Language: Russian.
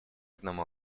одному